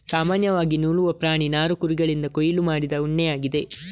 ಸಾಮಾನ್ಯವಾಗಿ ನೂಲುವ ಪ್ರಾಣಿ ನಾರು ಕುರಿಗಳಿಂದ ಕೊಯ್ಲು ಮಾಡಿದ ಉಣ್ಣೆಯಾಗಿದೆ